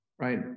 right